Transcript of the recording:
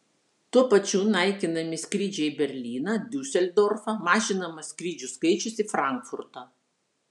tuo pačiu naikinami skrydžiai į berlyną diuseldorfą mažinamas skrydžių skaičius į frankfurtą